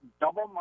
double